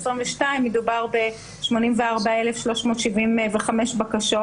מדובר ב-84,375 בקשות.